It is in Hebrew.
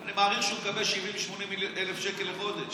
אני מעריך שהוא מקבל 80,000-70,000 שקל לחודש,